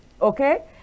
Okay